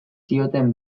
zioten